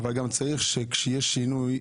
אבל כשיש שינוי,